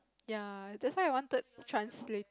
ya that's why I wanted transla~